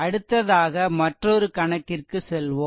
அடுத்ததாக மற்றொரு கணக்கிற்கு செல்வோம்